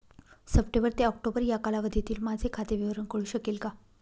September ते October या कालावधीतील माझे खाते विवरण कळू शकेल का?